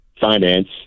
finance